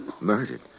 Murdered